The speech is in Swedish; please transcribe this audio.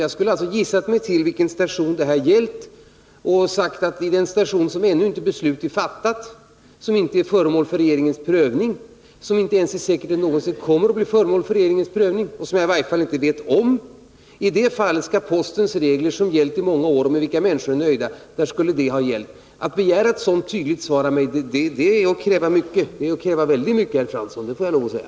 Jag skulle alltså ha gissat mig till vilken station frågan gällt och sagt att angående den stationen, för vilken beslut ännu inte är fattat och som inte är föremål för regeringens prövning — det är inte ens säkert att frågan någonsin kommer att bli föremål för regeringens prövning — och som jag i varje fall inte vet något om, skall postens regler, som gällt i många år och med vilka människor är nöjda, inte längre gälla. Att begära ett sådant tydligt svar av mig är att kräva mycket! Det är att kräva väldigt mycket, herr Fransson — det får jag lov att säga.